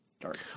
Dark